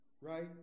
Right